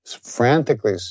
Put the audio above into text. Frantically